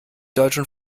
deutschen